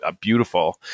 beautiful